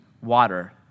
water